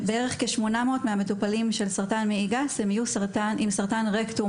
כ-800 מהמטופלים של סרטן המעי הגס יהיו עם סרטן רקטום,